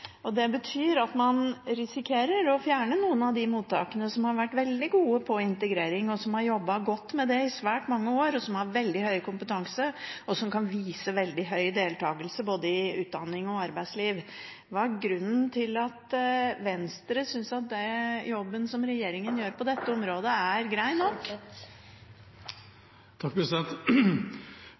ned. Det betyr at man risikerer å fjerne noen av de mottakene som har vært veldig gode på integrering, som har jobbet godt med det i svært mange år, som har veldig høy kompetanse, og som kan vise til veldig høy deltakelse i både utdanning og arbeidsliv. Hva er grunnen til at Venstre synes at den jobben som regjeringen gjør på dette området, er grei nok?